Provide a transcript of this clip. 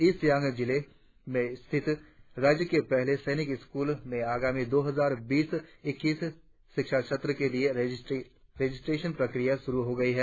east Siang जिले में स्थित राज्य के पहले सैनिक स्कूल में आगामी दो हजार बीस इक्कीस शिक्षा सत्र के लिए रजिस्ट्रेशन प्रक्रिया शुरु हो गई हैं